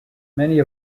many